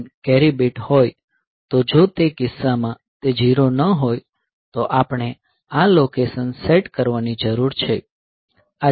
7 carry bit હોય તો જો તે કિસ્સામાં તે 0 ન હોય તો આપણે આ લોકેશન સેટ કરવાની જરૂર છે આ 0 4 લોકેશન સેટ કરવું જોઈએ